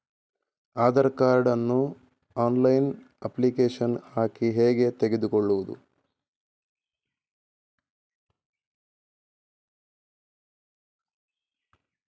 Aadhaar card ನ್ನು online application ಹಾಕಿ ಹೇಗೆ ತೆಗೆದುಕೊಳ್ಳುವುದು?